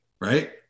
right